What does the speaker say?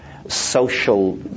social